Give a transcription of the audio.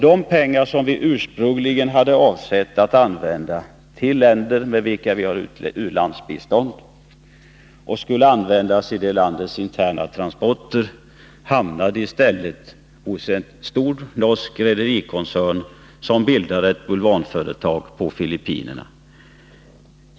De pengar som ursprungligen var avsedda att användas för länder till vilka vi ger u-landsbistånd, i detta fall till ett lands interna transporter, hamnar i stället i en stor norsk rederikoncern som bildar ett bulvanföretag på Filippinerna som skall använda en annan sorts fartyg i en helt annan trafik.